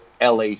LA